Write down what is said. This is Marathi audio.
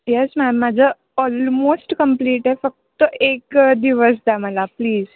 येस मॅम माझं ऑलमोस्ट कंप्लीट आहे फक्त एक दिवस द्या मला प्लीज